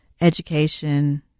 education